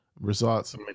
results